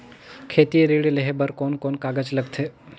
खेती ऋण लेहे बार कोन कोन कागज लगथे?